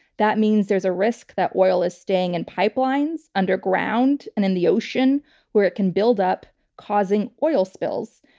that means there's a risk that oil is staying in and pipelines underground and in the ocean where it can build up causing oil spills.